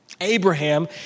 Abraham